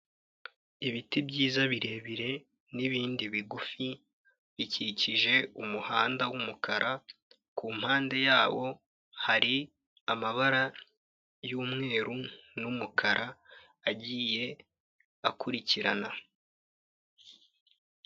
Ibiti byiza birebire n'ibindi bigufi bikikije umuhanda w'umukara kumpande yawo hari amabara y'umweru n'umukara agiye akurikirana.